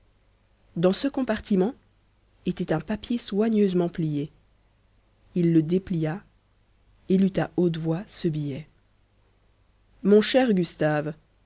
dans ce compartiment était un papier soigneusement plié il le déplia et lut à haute voix ce billet mon cher gustave